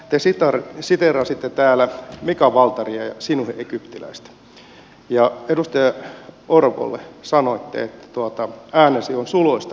te siteerasitte täällä mika waltaria ja sinuhe egyptiläistä ja edustaja orvolle sanoitte että äänesi on suloista korvissani